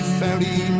fairy